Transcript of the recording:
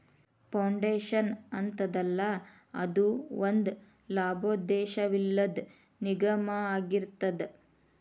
foundation ಅಂತದಲ್ಲಾ, ಅದು ಒಂದ ಲಾಭೋದ್ದೇಶವಿಲ್ಲದ್ ನಿಗಮಾಅಗಿರ್ತದ